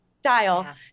style